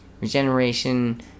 Regeneration